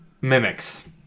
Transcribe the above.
mimics